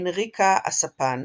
אנריקה ה"ספן",